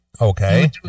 Okay